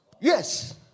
Yes